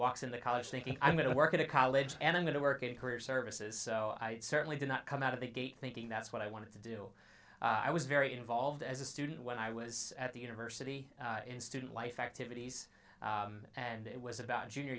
walks in the college thinking i'm going to work at a college and i'm going to work in a career services so i certainly did not come out of the gate thinking that's what i wanted to do i was very involved as a student when i was at the university in student life activities and it was about junior